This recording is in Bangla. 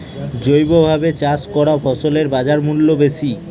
জৈবভাবে চাষ করা ফসলের বাজারমূল্য বেশি